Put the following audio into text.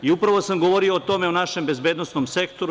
Upravo sam govorio o tome, o našem bezbednosnom sektoru.